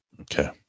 Okay